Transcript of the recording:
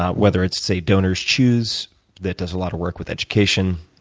ah whether it's, say, donors choose that does a lot of work with education,